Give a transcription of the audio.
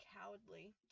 cowardly